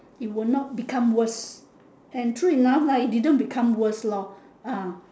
it would not become worse and true enough lah it didn't become worst lor ah